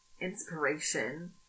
inspiration